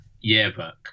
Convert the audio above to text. yearbook